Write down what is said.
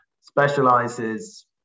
specializes